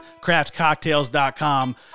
craftcocktails.com